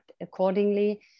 accordingly